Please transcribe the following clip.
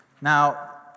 Now